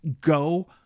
go